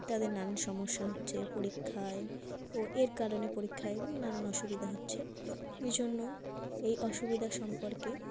তাদের নানা সমস্যা হচ্ছে পরীক্ষায় ও এর কারণে পরীক্ষায় নানান অসুবিধা হচ্ছে এই জন্য এই অসুবিধা সম্পর্কে